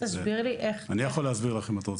תסביר לי איך --- אני יכול להסביר לך אם את רוצה,